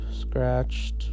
scratched